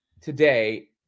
today